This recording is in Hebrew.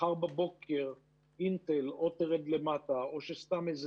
מחר בבוקר אינטל או תרד למטה או שסתם איזה